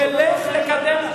זה דבר חסר תקדים.